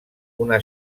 una